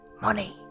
money